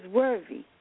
worthy